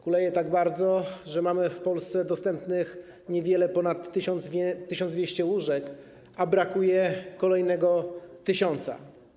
Kuleje tak bardzo, że mamy w Polsce dostępnych niewiele ponad 1200 łóżek, a brakuje kolejnych 1000.